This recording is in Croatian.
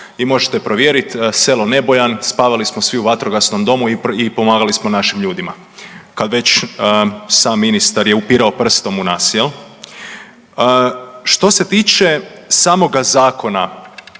i možete provjeriti selo Nebojan, spavali smo svi u vatrogasnom domu i pomagali smo našim ljudima kad već sam ministar je upirao prstom u nas. Što se tiče samoga zakona,